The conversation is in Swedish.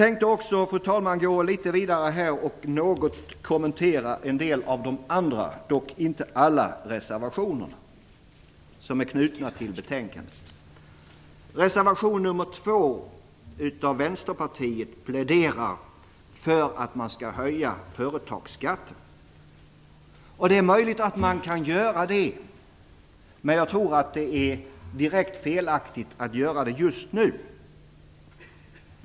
Fru talman! Jag tänkte något kommentera en del av de andra reservationerna som är knutna till betänkandet, dock inte alla. I reservation nr 2 från Vänsterpartiet pläderas för att man skall höja företagsskatten. Det är möjligt att man kan göra det. Men jag tror att det är direkt felaktigt att göra det just nu.